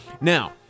Now